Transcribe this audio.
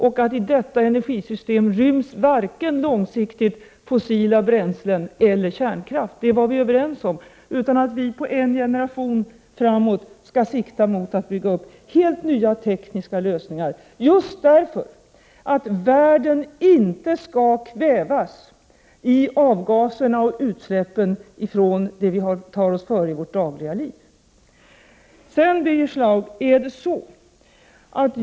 Vi kom också överens om att varken långsiktigt fossila bränslen eller kärnkraft ryms i detta energisystem. Under en generation framåt skall vi sikta in oss på helt nya tekniska lösningar, just därför att världen inte skall kvävas av avgaserna och utsläppen från det som vi tar oss före i vårt dagliga liv.